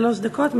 שלוש דקות.